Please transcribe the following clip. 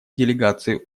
делегации